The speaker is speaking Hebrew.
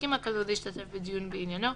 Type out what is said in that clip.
הסכים הכלוא להשתתף בדיון בעניינו,